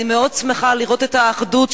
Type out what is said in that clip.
אני מאוד שמחה לראות את האחדות,